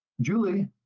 Julie